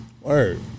Word